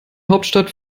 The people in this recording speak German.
hauptstadt